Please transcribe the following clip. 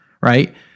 right